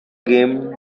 game